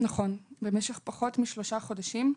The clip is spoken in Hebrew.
נכון, במשך פחות משלושה חודשים.